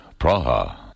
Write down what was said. Praha